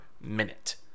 minute